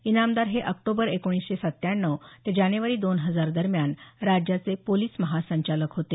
इनामदार हे ऑक्टोबर एकोणीसशे सत्त्याण्णव ते जानेवारी दोन हजार दरम्यान राज्याचे पोलिस महासंचालक होते